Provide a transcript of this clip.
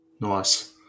Nice